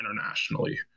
internationally